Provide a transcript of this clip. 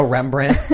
Rembrandt